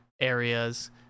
areas